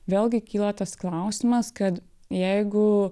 vėlgi kyla tas klausimas kad jeigu